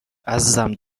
عزیزم